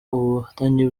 ubufatanye